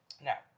Now